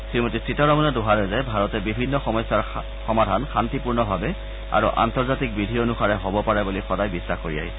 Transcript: শ্ৰীমতী সীতাৰামনে দোহাৰে যে ভাৰতে বিভিন্ন সমস্যাৰ সমাধান শান্তিপূৰ্ণভাৱে আৰু আন্তৰ্জাতিক বিধি অনুসাৰে হ'ব পাৰে বুলি সদায় বিশ্বাস কৰি আহিছে